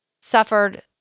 suffered